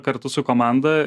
kartu su komanda